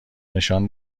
نشان